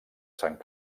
sant